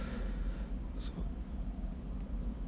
so